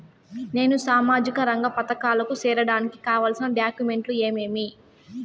నేను సామాజిక రంగ పథకాలకు సేరడానికి కావాల్సిన డాక్యుమెంట్లు ఏమేమీ?